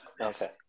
Okay